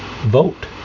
vote